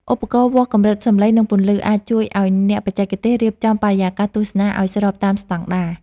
ឧបករណ៍វាស់កម្រិតសំឡេង និងពន្លឺ អាចជួយឱ្យអ្នកបច្ចេកទេសរៀបចំបរិយាកាសទស្សនាឱ្យស្របតាមស្ដង់ដារ។